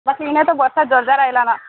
ବାସ ଇନେ ତ ବର୍ଷା ଜୋରଦାର ଆଇଲାନ